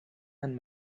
and